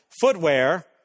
footwear